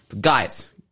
Guys